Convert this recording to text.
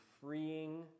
freeing